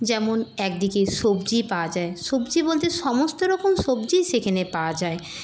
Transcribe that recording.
যেমন একদিকে সবজি পাওয়া যায় সবজি বলতে সমস্ত রকম সবজিই সেখেনে পাওয়া যায়